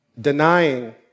denying